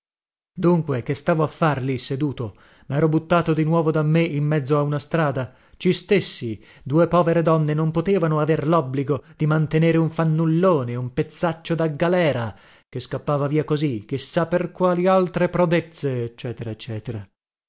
dunque che stavo a far lì seduto mero buttato di nuovo da me in mezzo a una strada ci stéssi due povere donne non potevano aver lobbligo di mantenere un fannullone un pezzaccio da galera che scappava via così chi sa per quali altre prodezze